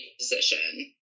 position